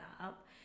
up